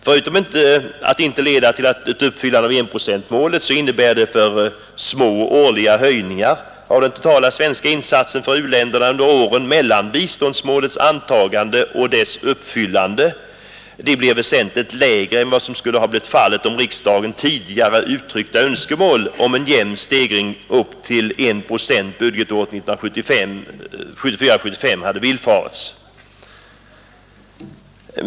Förutom att inte leda till ett uppfyllande av enprocentsmålet innebär de alltför små årliga höjningarna att den totala svenska insatsen för u-länderna under åren mellan biståndsmålets antagande och dess uppfyllande blir väsentligt lägre än vad som skulle ha blivit fallet om riksdagens tidigare uttryckta önskemål om en jämn stegring upp till I procent budgetåret 1974/75 hade villfarits.